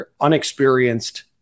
unexperienced